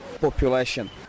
population